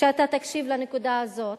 שאתה תקשיב לנקודה הזאת,